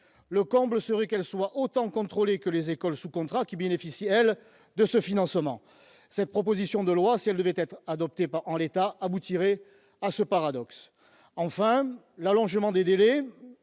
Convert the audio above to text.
Le comble serait qu'elles soient autant contrôlées que les écoles sous contrat, qui, elles, en bénéficient ! Cette proposition de loi, si elle devait être adoptée en l'état, aboutirait à ce paradoxe. Enfin, l'allongement des délais